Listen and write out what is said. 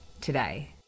today